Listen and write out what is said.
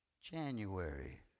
January